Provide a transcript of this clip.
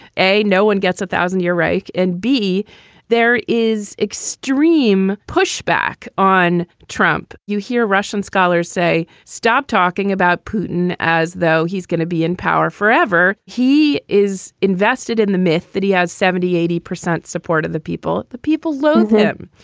a, no one gets a thousand year reich and b there is extreme pushback on trump. you hear russian scholars say stop talking about putin as though he's going to be in power forever. he is invested in the myth that he has seventy eighty percent support of the people. the people loathe him,